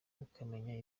ukamenya